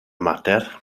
mater